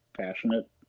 passionate